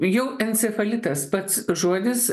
jau encefalitas pats žodis